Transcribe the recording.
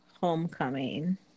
Homecoming